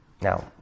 Now